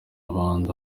abandi